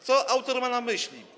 Co autor ma na myśli?